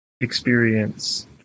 experience